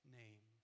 name